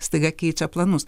staiga keičia planus